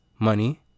money